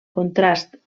contrast